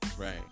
Right